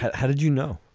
how did you know?